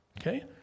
Okay